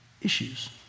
issues